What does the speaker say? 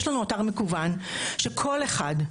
יש לנו אתר מקוון שכל אחד,